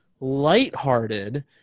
Lighthearted